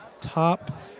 Top